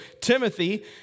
Timothy